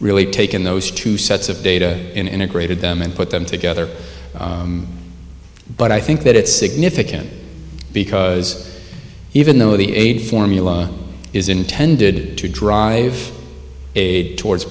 really taken those two sets of data integrated them and put them together but i think that it's significant because even though the aid formula is intended to drive a towards